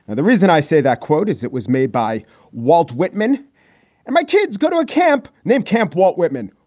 and the reason i say that quote is it was made by walt whitman and my kids go to a camp near camp walt whitman.